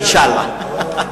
אינשאללה.